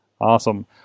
Awesome